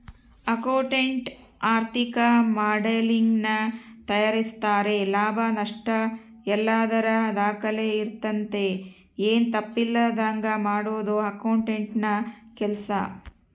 accountant ಆರ್ಥಿಕ ಮಾಡೆಲಿಂಗನ್ನ ತಯಾರಿಸ್ತಾರೆ ಲಾಭ ನಷ್ಟಯಲ್ಲದರ ದಾಖಲೆ ಇರ್ತತೆ, ಏನು ತಪ್ಪಿಲ್ಲದಂಗ ಮಾಡದು ಅಕೌಂಟೆಂಟ್ನ ಕೆಲ್ಸ